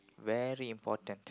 very important